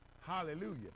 Hallelujah